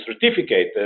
certificate